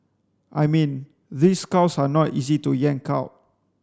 I mean these cows are not easy to yank out